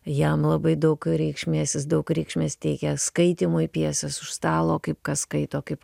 jam labai daug reikšmės jis daug reikšmės teikia skaitymui pjesės už stalo kaip kas skaito kaip